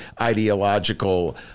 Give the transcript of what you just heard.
ideological